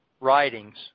Writings